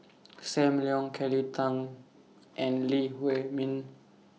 SAM Leong Kelly Tang and Lee Huei Min